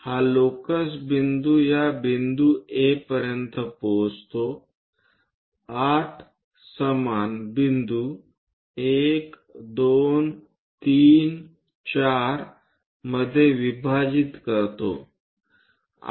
हा लोकस बिंदू या बिंदू A पर्यंत जातो 8 समान बिंदू 1 2 3 4 मध्ये विभाजित करतो